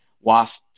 WASP